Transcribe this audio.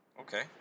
Okay